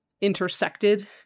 intersected